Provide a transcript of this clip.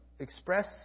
express